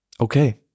Okay